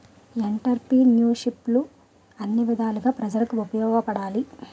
ఎంటర్ప్రిన్యూర్షిప్ను అన్ని విధాలుగా ప్రజలకు ఉపయోగపడాలి